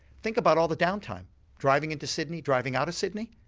think about all the downtime driving into sydney, driving out of sydney.